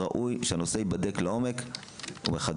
ראוי שהנושא ייבדק לעומק ומחדש.